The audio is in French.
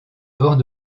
bords